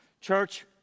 Church